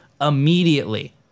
immediately